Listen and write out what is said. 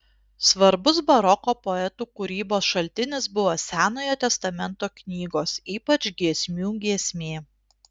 svarbus baroko poetų kūrybos šaltinis buvo senojo testamento knygos ypač giesmių giesmė